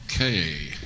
Okay